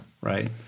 right